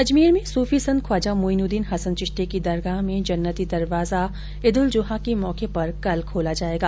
अजमेर में सूफी संत ख्वाजा मोइनुद्दीन हसन चिश्ती की दरगाह में जन्नती दरवाजा ईद्लजुहा के मौके पर कल खोला जाएगा